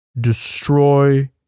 Destroy